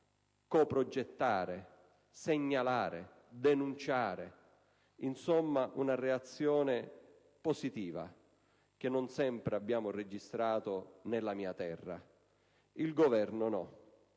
coprogettare, segnalare, denunciare. In sostanza, c'è stata una reazione positiva, che non sempre abbiamo registrato nella mia terra. Il Governo, no.